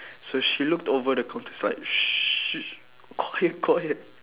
so she looked over the counter she's like quiet quiet